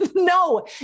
No